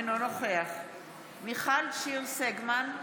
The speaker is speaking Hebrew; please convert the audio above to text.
אינו נוכח מיכל שיר סגמן,